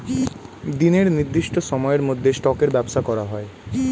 দিনের নির্দিষ্ট সময়ের মধ্যে স্টকের ব্যবসা করা হয়